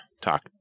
talk